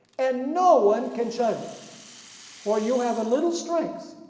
and no one can shut it for you have a little strength,